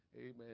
Amen